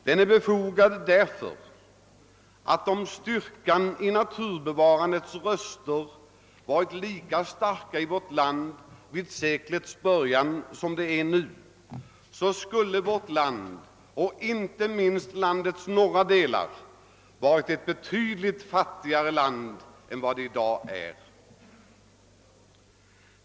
Den är befogad, därför att om styrkan i naturbevarandets röster varit lika stark i vårt land vid seklets början som den är nu, skulle vårt land, inte minst landets norra delar, varit betydligt fattigare än vad det är i dag.